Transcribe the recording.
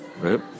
right